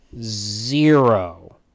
zero